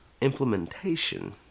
implementation